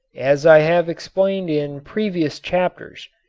as i have explained in previous chapters,